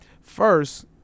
First